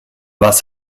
was